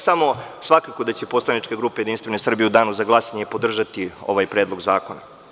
Svakako da će Poslanička grupa Jedinstvene Srbije u Danu za glasanje podržati ovaj predlog zakona.